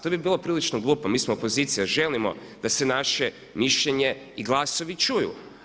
To bi bilo prilično glupo, mi smo opozicija i želimo da se naše mišljenje i glasovi čuju.